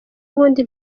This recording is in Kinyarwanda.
ubundi